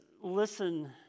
listen